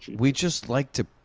we just liked to,